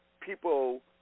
people